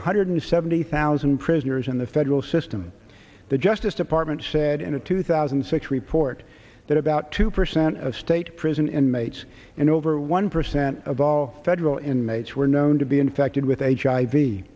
one hundred seventy thousand prisoners in the federal system the justice department said in a two thousand and six report that about two percent of state prison in mates and over one percent of all federal inmates were known to be infected with h